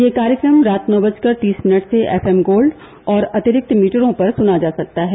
यह कार्यक्रम रात नौ बजकर तीस मिनट से एफएम गोल्ड और अतिरिक्त मीटरों पर सुना जा सकता है